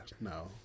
no